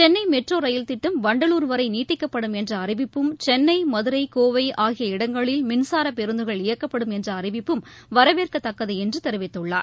Chennai metro rail திட்டம் வண்டலூர் வரை நீட்டிக்கப்படும் என்ற அறிவிப்பும் சென்னை மதுரை கோவை ஆகிய இடங்களில் மின்சார பேருந்துகள் இயக்கப்படும் என்ற அறிவிப்பும் வரவேற்கத்தக்கது என்று தெரிவித்துள்ளார்